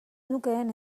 nukeen